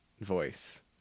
voice